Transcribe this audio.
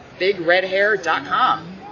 BigRedHair.com